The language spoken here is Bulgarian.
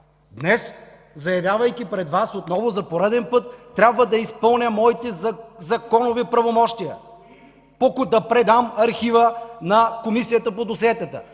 Днес, заявявайки пред Вас отново, за пореден път, трябва да изпълня моите законови правомощия – да предам архива на Комисията по досиетата.